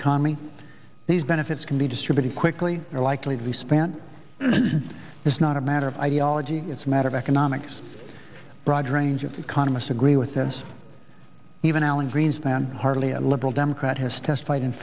economy these benefits can be distributed quickly are likely to be spent it's not a matter of ideology it's a matter of economics broad range of economists agree with this even alan greenspan hardly a liberal democrat has testified in